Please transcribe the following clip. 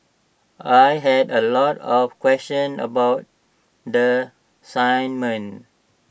I had A lot of questions about the assignment